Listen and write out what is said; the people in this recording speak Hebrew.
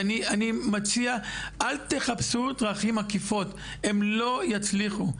ואני מציע, אל תחפשו דרכים עקיפות, הן לא יצליחו.